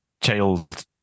child